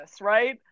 Right